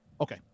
Okay